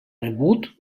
rebut